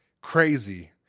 crazy